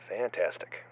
Fantastic